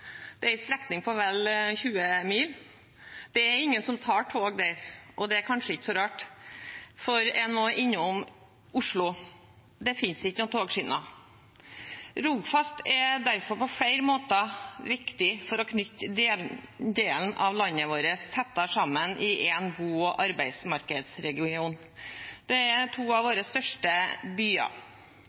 Det er en strekning på vel 20 mil. Det er ingen som tar tog der, og det er kanskje ikke så rart, for en må innom Oslo – det finnes ingen togskinner. Rogfast er derfor på flere måter viktig for å kunne knytte den delen av landet vårt tettere sammen i én bo- og arbeidsmarkedsregion. Dette er to av våre største byer.